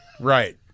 Right